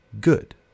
good